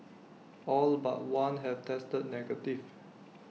all but one have tested negative